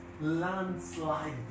landslide